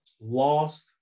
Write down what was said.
lost